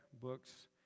books